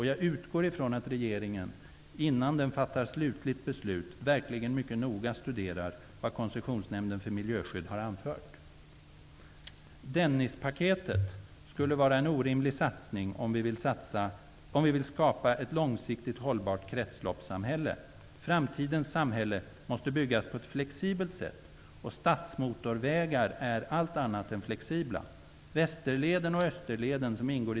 Jag utgår ifrån att regeringen, innan den fattar slutligt beslut, verkligen mycket noga studerar vad Dennispaketet är en orimlig satsning om vi vill skapa ett långsiktigt hållbart kretsloppssamhälle. Framtidens samhälle måste byggas på ett flexibelt sätt, och stadsmotorvägar är allt annat än flexibla.